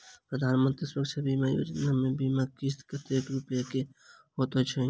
प्रधानमंत्री सुरक्षा बीमा योजना मे बीमा किस्त कतेक रूपया केँ होइत अछि?